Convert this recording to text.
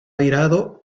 airado